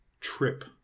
trip